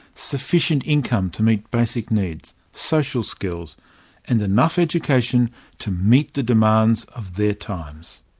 sufficient income to meet basic needs, social skills and enough education to meet the demands of their times.